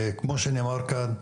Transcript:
כמו שנאמר כאן,